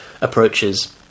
approaches